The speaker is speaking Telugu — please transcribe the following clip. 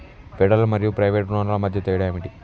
ఫెడరల్ మరియు ప్రైవేట్ రుణాల మధ్య తేడా ఏమిటి?